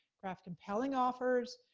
craft compelling offers,